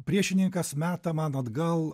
priešininkas meta man atgal